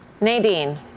nadine